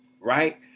right